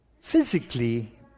physically